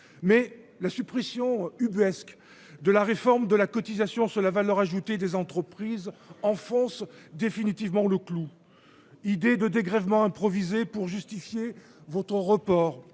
mais la suppression ubuesque de la réforme de la cotisation sur la valeur ajoutée des entreprises enfonce définitivement le clou. Idée de dégrèvement improvisé pour justifier votre report,